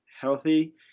healthy –